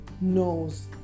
knows